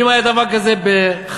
אם היה דבר כזה בחצי,